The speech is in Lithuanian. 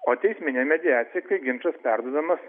o teisminė mediacija kai ginčas perduodamas